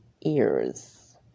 ears